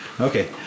Okay